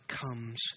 comes